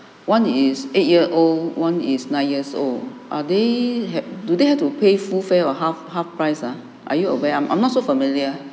one is eight year old one is nine years old are they have do they have to pay full fare or half half price ah are you aware I'm I'm not so familiar